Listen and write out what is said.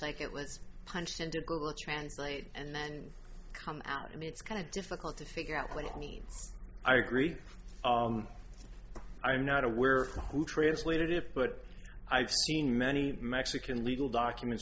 like it was punched in to translate and then come out i mean it's kind of difficult to figure out what i mean i agree i'm not aware of who translated it but i've seen many mexican legal documents